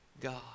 God